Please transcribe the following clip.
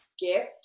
gift